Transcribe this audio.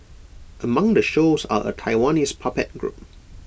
among the shows are A Taiwanese puppet group